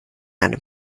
einem